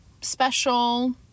special